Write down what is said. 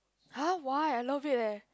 !huh! why I love it eh